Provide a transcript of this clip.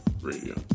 Radio